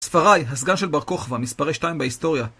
ספרי, הסגן של בר-כוכבא, מספרי שתיים בהיסטוריה.